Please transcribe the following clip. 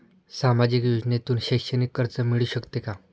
सामाजिक योजनेतून शैक्षणिक कर्ज मिळू शकते का?